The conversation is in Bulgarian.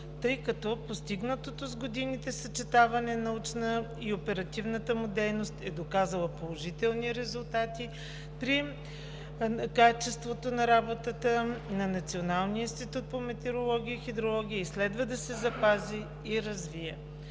тъй като постигнатото с годините съчетаване на научната и оперативната му дейност е доказала положителни резултати при качеството на работата на Националния институт по метеорология и хидрология и следва да се запази и развие.